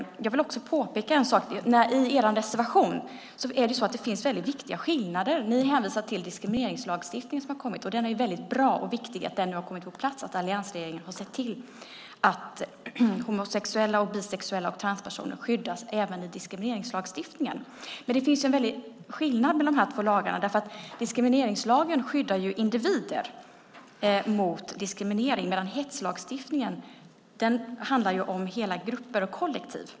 Jag vill påpeka en sak. I er reservation hänvisar ni till den diskrimineringslagstiftning som har kommit. Det är väldigt viktigt och bra att den har kommit på plats. Det är bra att alliansregeringen nu har sett till att homosexuella, bisexuella och transpersoner skyddas även i diskrimineringslagstiftningen. Men det finns en stor skillnad mellan de här två lagarna. Diskrimineringslagen skyddar individer mot diskriminering, medan hetslagstiftningen handlar om hela grupper och kollektiv.